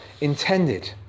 intended